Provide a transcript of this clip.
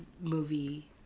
movie